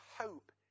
hope